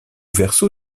verso